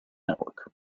network